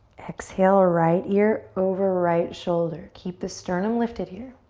exhale, right ear over right shoulder. keep the sternum lifted here.